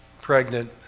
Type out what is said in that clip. pregnant